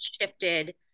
shifted